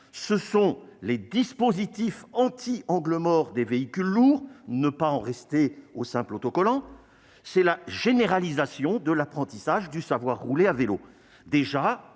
vitesse, les dispositifs anti-angles morts des véhicules lourds- il ne faut pas en rester au seul autocollant -et la généralisation de l'apprentissage du savoir rouler à vélo. Déjà,